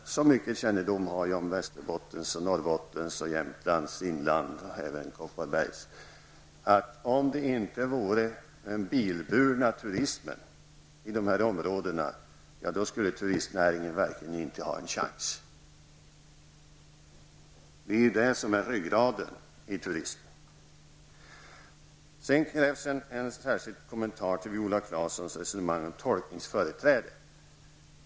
Så mycket kännedom har jag om Västerbottens, Norrbottens, Jämtlands och även Kopparbergs läns inland att jag vågar säga, att om inte den bilburna turismen funnes i områdena, skulle turistnäringen verkligen inte ha en chans. Det är ju det som är ryggraden i turismen. Sedan krävs det en särskild kommentar till Viola Claessons resonemang om tolkningsföreträde.